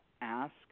ask